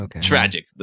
tragic